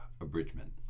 abridgment